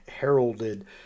heralded